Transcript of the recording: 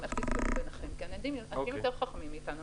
איך להסתדר ביניהם כי הם יותר חכמים מאיתנו,